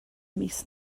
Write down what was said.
mis